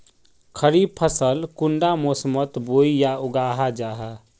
खरीफ फसल कुंडा मोसमोत बोई या उगाहा जाहा?